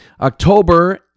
October